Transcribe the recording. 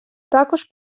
також